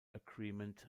agreement